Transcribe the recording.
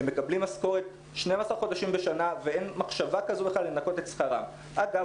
הם מקבלים משכורת 12 חודשים בשנה ואין מחשבה לנכות את שכרם.